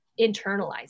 internalize